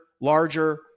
larger